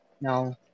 No